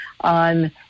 on